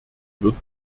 wird